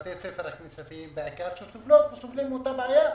בתי הספר הכנסייתיים בעיקר, סובלים מאותה בעיה.